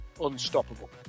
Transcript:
unstoppable